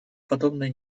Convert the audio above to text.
подобное